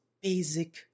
basic